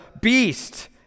beast